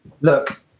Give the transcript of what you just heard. look